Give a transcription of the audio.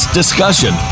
discussion